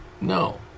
No